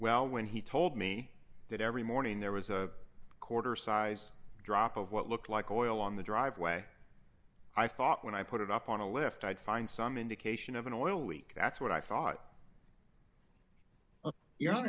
well when he told me that every morning there was a quarter size drop of what looked like oil on the driveway i thought when i put it up on a lift i'd find some indication of an oil leak that's what i thought well you're